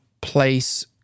place